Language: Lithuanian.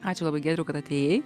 ačiū labai giedriau kad atėjai